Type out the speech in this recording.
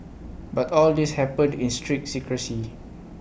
but all this happened in strict secrecy